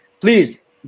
please